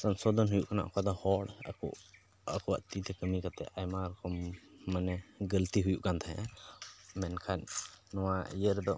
ᱥᱚᱝᱥᱳᱫᱷᱚᱱ ᱦᱩᱭᱩᱜ ᱠᱟᱱᱟ ᱚᱠᱟ ᱫᱚ ᱦᱚᱲ ᱟᱠᱚ ᱟᱠᱚᱣᱟᱜ ᱛᱤᱛᱮ ᱠᱟᱹᱢᱤ ᱠᱟᱛᱮ ᱟᱭᱢᱟ ᱨᱚᱠᱚᱢ ᱢᱟᱱᱮ ᱜᱟᱹᱞᱛᱤ ᱦᱩᱭᱩᱜ ᱠᱟᱱ ᱛᱟᱦᱮᱸᱜᱼᱟ ᱢᱮᱱᱠᱷᱟᱱ ᱱᱚᱣᱟ ᱤᱭᱟᱹ ᱨᱮᱫᱚ